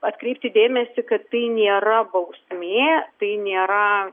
atkreipti dėmesį kad tai nėra bausmė tai nėra